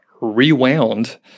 rewound